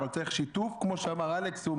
אבל צריך שיתוף כמו שאמר אלכס.